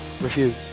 refuse